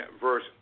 verse